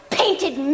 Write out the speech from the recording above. painted